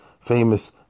famous